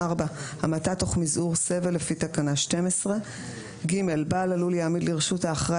המתה תוך מזעור סבל לפי תקנה 12. בעל הלול יעמיד לרשותה אחראי